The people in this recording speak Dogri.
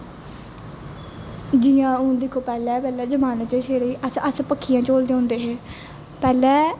जियां हून दिक्खो पहले जमाने च छडे़ अस पक्खियां झोलदे होंदे हे पैहलें